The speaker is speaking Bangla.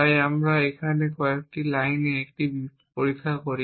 তাই আমরা এখানে এই কয়েকটি লাইনে এটি পরীক্ষা করি